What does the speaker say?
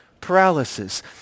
paralysis